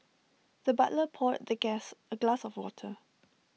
the butler poured the guest A glass of water